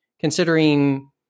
considering